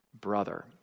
brother